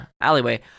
alleyway